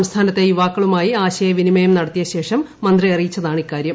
സംസ്ഥാനത്തെ യുവാക്കളുമായി ആശയ വിനിമയം നടത്തിയ ശേഷം മന്ത്രി അറിയിച്ചതാണ് ഇക്കാര്യം